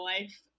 life